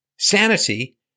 Sanity